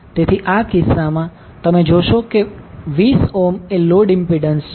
તેથી આ કિસ્સામાં તમે જોશો કે 20 ઓહ્મ એ લોડ ઇમ્પિડન્સ છે